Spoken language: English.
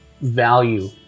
value